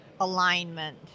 alignment